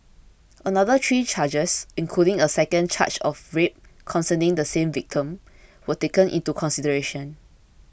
another three charges including a second charge of rape concerning the same victim were taken into consideration